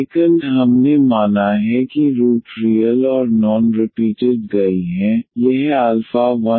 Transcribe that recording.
second हमने माना है कि रूट रियल और नॉन रिपीटेड गई हैं यह 12α34n